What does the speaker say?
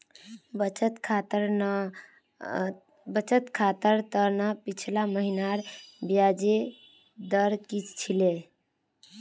बचत खातर त न पिछला महिनार ब्याजेर दर की छिले